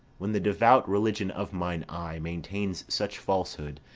when the devout religion of mine eye maintains such falsehood,